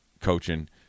coaching